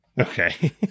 Okay